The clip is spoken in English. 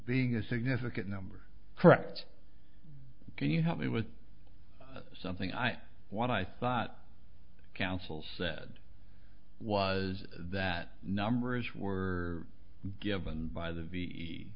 being a significant number correct can you help me it was something i what i thought counsel said was that numbers were given by the v